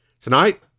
Tonight